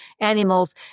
animals